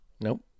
Nope